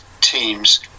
teams